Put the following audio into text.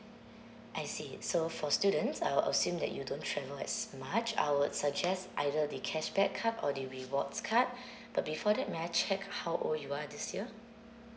I see so for students I will assume that you don't travel as much I would suggest either the cashback kind or the rewards card but before that may I check how old you are this year